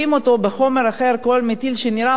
שנראה אותו דבר ואולי מריח אותו דבר,